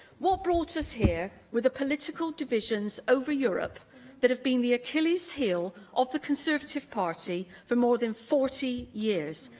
what brought us here were the political divisions over europe that have been the achilles heel of the conservative party for more than forty years.